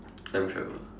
time travel